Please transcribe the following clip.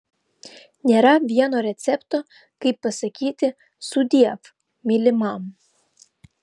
nėra vieno recepto kaip pasakyti sudiev mylimam